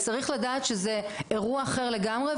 צריך לדעת שזה אירוע אחר לגמרי,